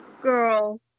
girl